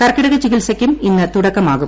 കർക്കിടക ചികിത്സയ്ക്കും ഇന്ന് തുടക്കമാകും